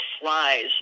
flies